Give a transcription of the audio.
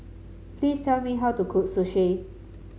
please tell me how to cook Sushi